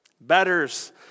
Betters